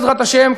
בעזרת השם,